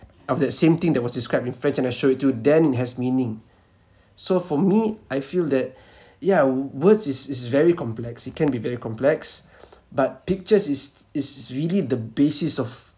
of that same thing that was described in french and I show it to you then it has meaning so for me I feel that yeah words is is very complex it can be very complex but pictures is is really the basis of